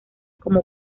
como